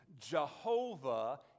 Jehovah